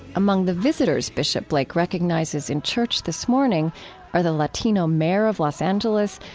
among the visitors bishop blake recognizes in church this morning are the latino mayor of los angeles,